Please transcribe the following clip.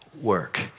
work